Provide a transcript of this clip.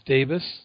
Davis